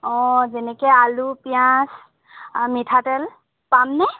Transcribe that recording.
অ যেনেকৈ আলু পিয়াঁজ আৰু মিঠাতেল পামনে